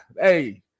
Hey